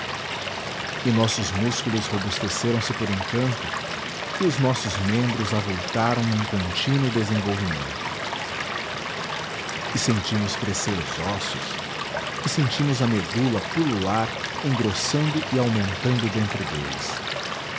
e nossos músculos robusteceram se por encanto e os nossos membros avultaram num contínuo desenvolvimento e sentimos crescer os ossos e sentimos a medula pulular engrossando e aumentando dentro deles